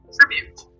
Tribute